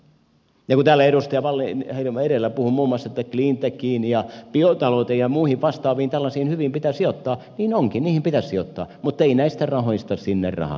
kun täällä edustaja wallinheimo edellä puhui muun muassa että cleantechiin ja biotalouteen ja muihin vastaaviin tällaisiin hyviin pitää sijoittaa niin johonkin pitää sijoittaa muttei näistä rahoista sinne raha liiku